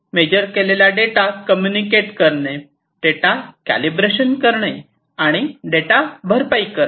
major केलेला data communicate करणे data calibration आणि डेटा भरपाई करणे